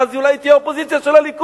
ואז היא אולי תהיה אופוזיציה של הליכוד,